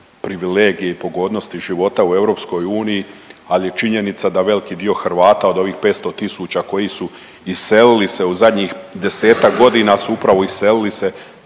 privilegije i pogodnosti života u EU, ali je činjenica da velik dio Hrvata od ovih 500 000 koji su iselili se u zadnjih desetak godina su upravo iselili se